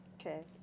Okay